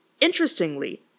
Interestingly